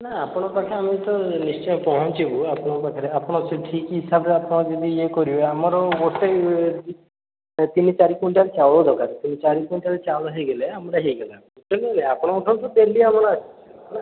ନା ଆପଣଙ୍କ ପାଖରେ ଆମେ ତ ନିଶ୍ଚୟ ପହଞ୍ଚିବୁ ଆପଣଙ୍କ ପାଖରେ ଆପଣ ସେ ଠିକ୍ ହିସାବରେ ଆପଣ ଯଦି ଇଏ କରିବେ ଆମର ଗୋଟେ ତିନି ଚାରି କ୍ୱିଣ୍ଟାଲ୍ ଚାଉଳ ଦରକାର ତିନି ଚାରି କ୍ୱିଣ୍ଟାଲ୍ ଚାଉଳ ହେଇଗଲେ ଆମର ହେଇଗଲା ତେଣୁ ଆପଣଙ୍କ ଠାରୁ ତ ଡେଲି ଆମର ଆସିବ ହେଲା